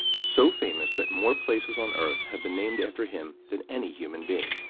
so famous, that more places on earth have been named after him than any human being.